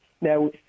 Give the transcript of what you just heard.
Now